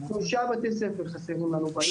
שלושה בתי ספר חסרים לנו בעיר